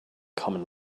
common